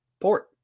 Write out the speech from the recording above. port